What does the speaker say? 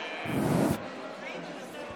בעד אלי אבידר,